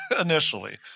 initially